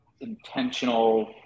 intentional